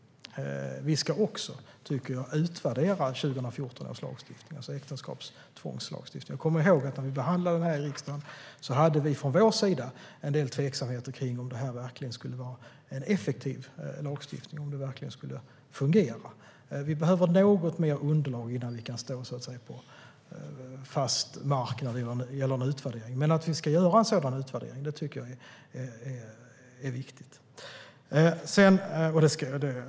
Vi ska också, tycker jag, utvärdera 2014 års lagstiftning om äktenskapstvång. Jag kommer ihåg att när vi behandlade den i riksdagen hade vi från vår sida en del tveksamheter kring om det verkligen skulle vara en effektiv lagstiftning, om det verkligen skulle fungera. Vi behöver något mer underlag innan vi kan stå på fast mark när det gäller en utvärdering. Men att vi ska göra en sådan utvärdering tycker jag är viktigt.